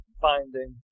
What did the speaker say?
finding